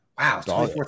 Wow